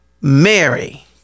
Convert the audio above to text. Mary